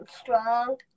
strong